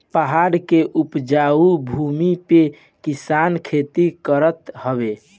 पहाड़ के उपजाऊ भूमि पे किसान खेती करत हवे